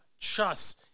Chuss